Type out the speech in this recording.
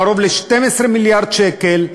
קרוב ל-12 מיליארד שקל,